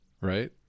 right